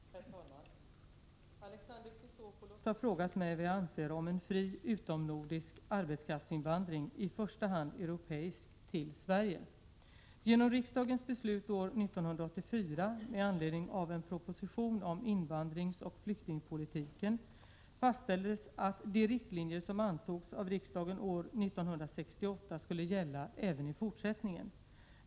Herr talman! Alexander Chrisopoulos har frågat mig vad jag anser om en fri utomnordisk arbetskraftsinvandring, i första hand europeisk, till Sverige. Genom riksdagens beslut år 1984 med anledning av en proposition om invandringsoch flyktingpolitken fastställdes att de riktlinjer som antogs av riksdagen år 1968 skulle gälla även i fortsättningen.